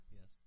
Yes